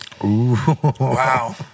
Wow